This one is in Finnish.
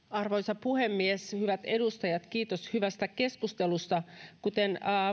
arvoisa puhemies hyvät edustajat kiitos hyvästä keskustelusta kuten